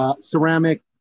ceramic